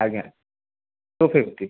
ଆଜ୍ଞା ଟୁଫ୍ପିଟି